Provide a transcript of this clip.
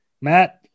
Matt